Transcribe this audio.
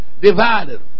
divided